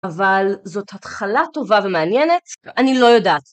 אבל זאת התחלה טובה ומעניינת, אני לא יודעת.